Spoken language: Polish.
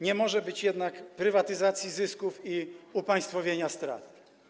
Nie może być jednak prywatyzacji zysków i upaństwowienia strat.